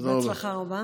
בהצלחה רבה.